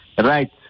Right